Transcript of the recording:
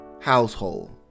household